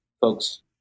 folks